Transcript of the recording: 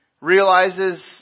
realizes